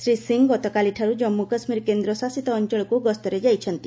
ଶ୍ରୀ ସିଂହ ଗତକାଲିଠାରୁ ଜାମ୍ମୁ କାଶ୍ମୀର କେନ୍ଦ୍ରଶାସିତ ଅଞ୍ଚଳକୁ ଗସ୍ତରେ ଯାଇଛନ୍ତି